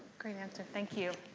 great answer. thank you.